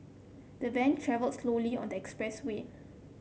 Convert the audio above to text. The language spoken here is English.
the van travelled slowly on the express way